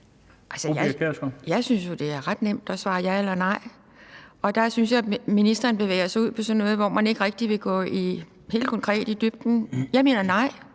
Jeg synes jo, det er ret nemt at svare ja eller nej, og jeg synes, at ministeren bevæger sig ud i noget, hvor man ikke rigtig vil gå helt konkret i dybden. Jeg mener,